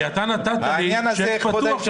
כי אתה נתת לי צ'ק פתוח,